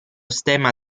stemma